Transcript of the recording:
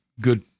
good